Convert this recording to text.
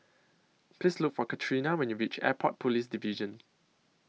Please Look For Katrina when YOU REACH Airport Police Division